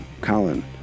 Colin